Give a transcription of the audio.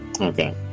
Okay